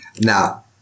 Now